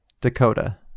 Dakota